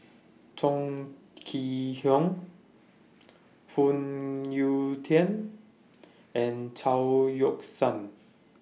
Chong Kee Hiong Phoon Yew Tien and Chao Yoke San